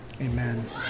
amen